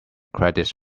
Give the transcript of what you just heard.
credits